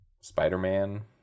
Spider-Man